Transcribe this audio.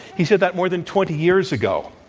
he said that more than twenty years ago.